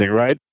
right